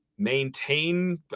maintain